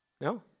No